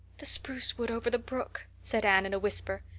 the spruce wood over the brook, said anne in a whisper.